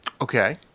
Okay